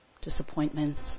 disappointments